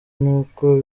n’uko